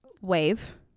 wave